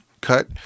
cut